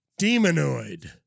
Demonoid